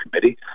Committee